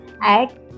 add